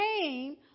came